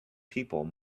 people